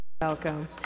welcome